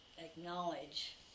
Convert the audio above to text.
acknowledge